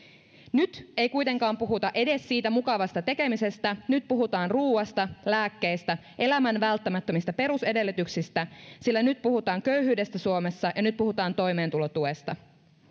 nyt ei kuitenkaan puhuta edes siitä mukavasta tekemisestä nyt puhutaan ruuasta lääkkeistä elämän välttämättömistä perusedellytyksistä nyt puhutaan köyhyydestä suomessa ja nyt puhutaan toimeentulotuesta